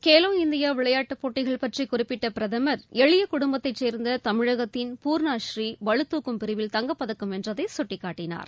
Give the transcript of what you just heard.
Khelo India விளையாட்டுப் போட்டிகள் பற்றி குறிப்பிட்ட பிரதமர் எளிய குடும்பத்தைச் சேர்ந்த தமிழகத்தின் பூர்ணஸ்ரீ பளுதாக்கும் பிரிவில் தங்கப்பதக்கம் வென்றதை சுட்டிக்காட்டினார்